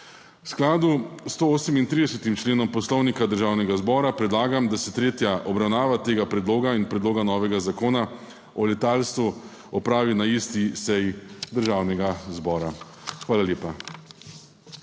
V skladu s 138. členom Poslovnika Državnega zbora predlagam, da se tretja obravnava tega predloga in predloga novega zakona o letalstvu opravi na isti seji Državnega zbora. Hvala lepa.